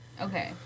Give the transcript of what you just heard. Okay